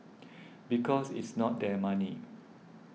because it's not their money